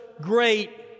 great